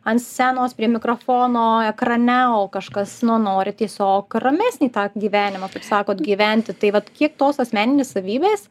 ant scenos prie mikrofono ekrane o kažkas na nori tiesiog ramesnį tą gyvenimą kaip sakot gyventi tai vat kiek tos asmeninės savybės